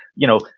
you know,